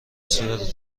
صورت